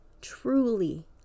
truly